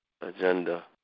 agenda